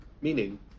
Meaning